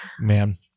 Man